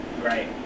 Right